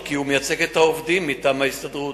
כי הוא מייצג אותם מטעם ההסתדרות.